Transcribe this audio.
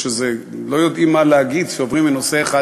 לא יודעים מה להגיד כשעוברים מנושא אחד,